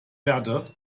verde